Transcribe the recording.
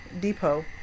depot